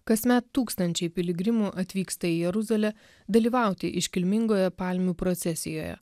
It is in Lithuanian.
kasmet tūkstančiai piligrimų atvyksta į jeruzalę dalyvauti iškilmingoje palmių procesijoje